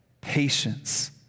patience